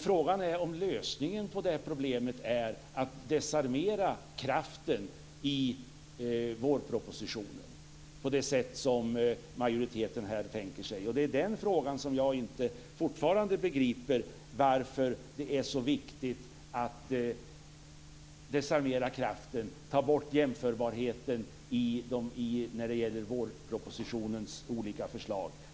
Frågan är om lösningen på problemet är att desarmera kraften i vårpropositionen på det sätt som majoriteten tänker sig. Jag begriper fortfarande inte varför det är så viktigt att desarmera kraften och ta bort jämförbarheten när det gäller vårpropositionens olika förslag.